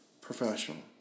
professional